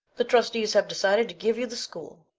the trustees have decided to give you the school.